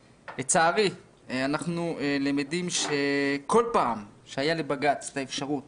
לצערי, אנחנו למדים שכל פעם כשהייתה לבג"ץ האפשרות